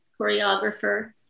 choreographer